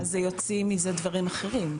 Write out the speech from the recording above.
זה יוציא מזה דברים אחרים.